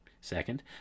second